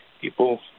People